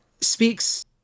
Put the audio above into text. speaks